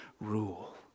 rule